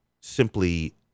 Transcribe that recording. simply